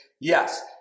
yes